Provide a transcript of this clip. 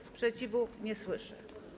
Sprzeciwu nie słyszę.